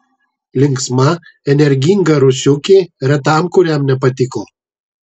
linksma energinga rusiukė retam kuriam nepatiko